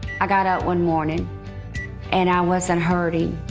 i got up one morning and i wasn't hurting.